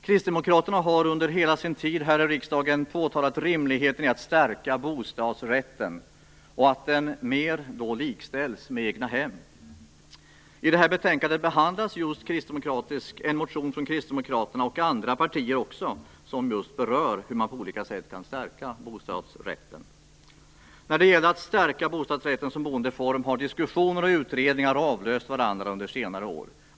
Kristdemokraterna har under hela sin tid här i riksdagen påtalat rimligheten i att stärka bostadsrätten och att mer likställa den med egnahem. I detta betänkande behandlas en motion från Kristdemokraterna liksom motioner även från andra partier, som just berör hur man på olika sätt kan stärka bostadsrätten. När det gäller att stärka bostadsrätten som boendeform har diskussioner och utredningar avlöst varandra under senare år.